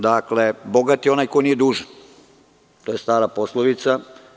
Dakle, bogat je onaj ko nije dužan, to je stara poslovica.